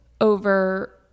over